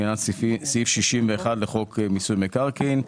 לעניין סעיף 61 לחוק מיסוי מקרקעין.